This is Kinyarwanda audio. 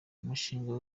umushinga